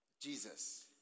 Jesus